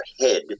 Head